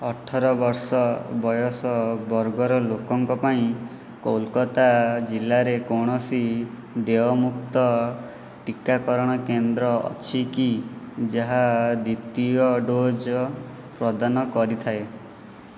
ଅଠର ବର୍ଷ ବୟସ ବର୍ଗର ଲୋକଙ୍କ ପାଇଁ କୋଲକାତା ଜିଲ୍ଲାରେ କୌଣସି ଦେୟମୁକ୍ତ ଟିକାକରଣ କେନ୍ଦ୍ର ଅଛି କି ଯାହା ଦ୍ୱିତୀୟ ଡୋଜ୍ ପ୍ରଦାନ କରିଥାଏ